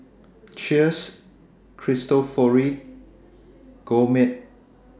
Cheers Cristofori and Gourmet